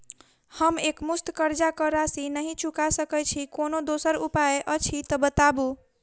हम एकमुस्त कर्जा कऽ राशि नहि चुका सकय छी, कोनो दोसर उपाय अछि तऽ बताबु?